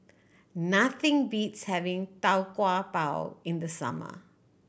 nothing beats having Tau Kwa Pau in the summer